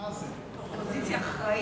מי נגד?